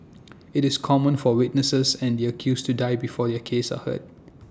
IT is common for witnesses and the accused to die before their cases are heard